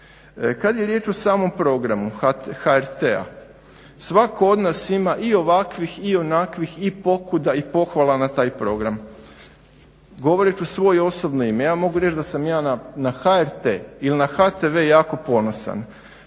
Kada je riječ o samom programu HRT-a, svatko od nas ima i ovakvih i onakvih i pokuda i pohvala na taj program. Govorit ću u svoje osobno ime. ja mogu reći da sam ja na HRT ili na HTV jako ponosan